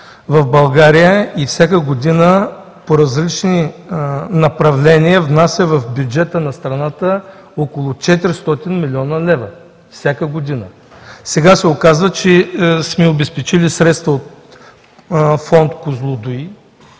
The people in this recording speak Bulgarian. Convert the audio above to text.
в България и всяка година по различни направления внася в бюджета на страната около 400 млн. лв. Всяка година! Сега се оказва, че сме обезпечили средства от фонд „Козлодуй“